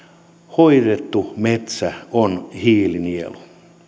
hoidettu metsä on hiilinielu